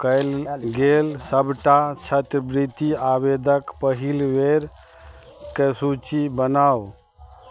कयल गेल सबटा छात्रवृत्ति आवेदक पहिल बेर के सूचि बनाउ